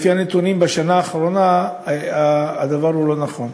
לפי הנתונים, בשנה האחרונה, הדבר אינו נכון.